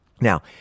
Now